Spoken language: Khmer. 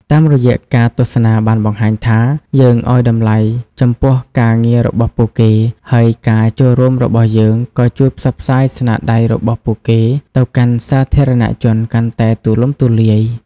តាមរយៈការទស្សនាបានបង្ហាញថា យើងឲ្យតម្លៃចំពោះការងាររបស់ពួកគេ ហើយការចូលរួមរបស់យើងក៏ជួយផ្សព្វផ្សាយស្នាដៃរបស់ពួកគេទៅកាន់សាធារណជនកាន់តែទូលំទូលាយ។